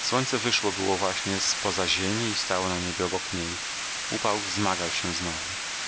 słońce wyszło było właśnie z poza ziemi i stało na niebie obok niej upał wzmagał się znowu